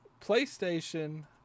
PlayStation